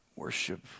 worship